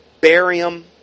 barium